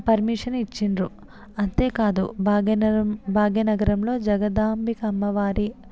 permission ఇచ్చిన్నారు అంతేకాదు భాగ్యన భాగ్యనగరంలో జగదాంబిక అమ్మవారి